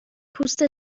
پوست